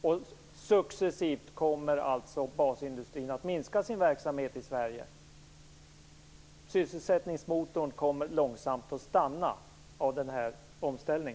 Basindustrin kommer successivt att minska sin verksamhet i Sverige. Sysselsättningsmotorn kommer långsamt att stanna av denna omställning.